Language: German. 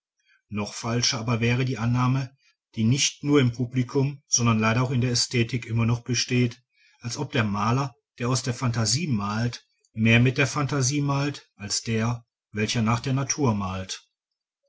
noch falscher aber wäre die annahme die nicht nur im publikum sondern leider auch in der ästhetik immer noch besteht als ob der maler der aus der phantasie malt mehr mit der phantasie malt als der welcher nach der natur malt